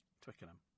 Twickenham